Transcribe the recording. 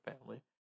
family